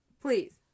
Please